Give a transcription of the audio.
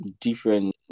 different